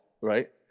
right